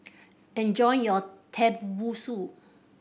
enjoy your Tenmusu